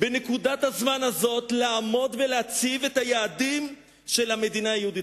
בנקודת הזמן הזאת לעמוד ולהציב את היעדים של המדינה היהודית.